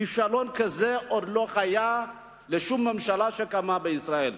כישלון כזה עוד לא היה לשום ממשלה שקמה בישראל.